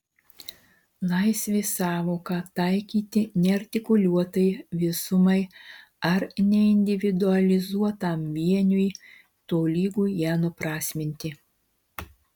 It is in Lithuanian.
laisvės sąvoką taikyti neartikuliuotai visumai ar neindividualizuotam vieniui tolygu ją nuprasminti